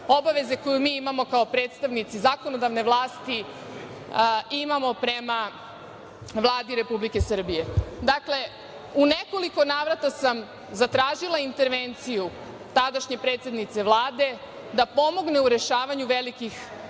obaveze koju mi imamo kao predstavnici zakonodavne vlasti imamo prema Vladi Republike Srbije. Dakle, u nekoliko navrata sam zatražila intervenciju tadašnje predsednice Vlade da pomogne u rešavanju velikih